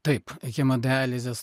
taip hemodializės